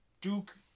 Duke